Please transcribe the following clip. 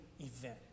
event